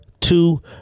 two